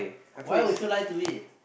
why would you lie to me